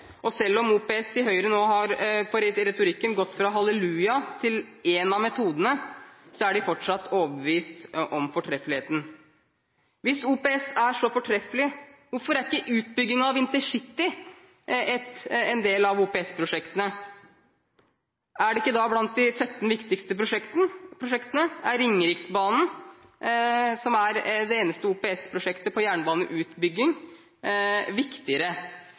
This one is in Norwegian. prosjekter. Selv om OPS i Høyres retorikk nå har gått fra halleluja over til å bli en av metodene, er partiet fortsatt overbevist om fortreffeligheten. Hvis OPS er så fortreffelig, hvorfor er ikke utbyggingen av InterCity en del av OPS-prosjektene? Er det ikke blant de 17 viktigste prosjektene? Er Ringeriksbanen, som er det eneste OPS-prosjektet innen jernbaneutbygging, viktigere?